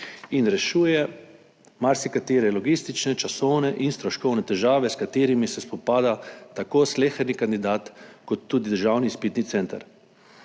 in rešuje marsikatere logistične, časovne in stroškovne težave, s katerimi se spopada tako sleherni kandidat kot tudi državni izpitni center.